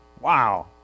Wow